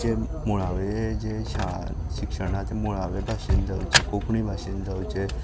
जे मुळावे जे शाळा शिक्षण आसा ते मुळावे भाशेंत जावचे कोंकणी भाशेंत जावचे